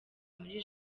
muri